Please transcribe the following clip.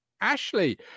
Ashley